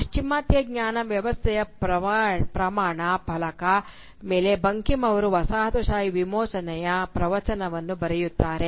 ಪಾಶ್ಚಿಮಾತ್ಯ ಜ್ಞಾನ ವ್ಯವಸ್ಥೆಯ ಪ್ರಮಾಣ ಫಲಕ ಮೇಲೆ ಬಂಕಿಮ್ ಅವರು ವಸಾಹತುಶಾಹಿ ವಿಮೋಚನೆಯ ಪ್ರವಚನವನ್ನು ಬರೆಯುತ್ತಾರೆ